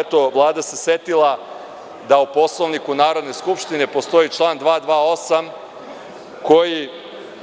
Eto, Vlada se setila da u Poslovniku Narodne skupštine postoji član 228. koji